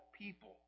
people